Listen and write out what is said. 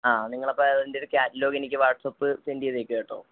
ആ നിങ്ങൾ അപ്പം അതിൻ്റെയൊരു ക്യാറ്റലോഗ് എനിക്ക് വാട്സാപ്പ് സെൻറ് ചെയ്തേക്ക് കേട്ടോ